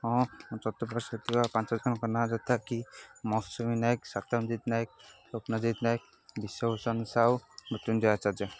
ହଁ ମୁଁ ଚତୁଃପାର୍ଶ୍ୱରେ ଥିବା ପାଞ୍ଚ ଜଣଙ୍କ ନାଁ ଯଥାକି ମୌସୁମୀ ନାୟକ ସାତମଜିତ୍ ନାୟକ ସ୍ୱପ୍ନାଜିତ୍ ନାୟକ ବିଶ୍ୱଭୁଷଣ ସାହୁ ମୃତ୍ୟୁଞ୍ଜୟ ଆଚାର୍ଯ୍ୟ